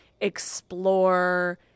explore